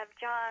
John